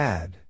Add